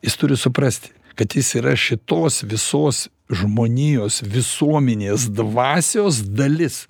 jis turi suprasti kad jis yra šitos visos žmonijos visuomenės dvasios dalis